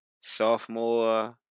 sophomore